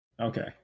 Okay